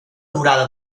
durada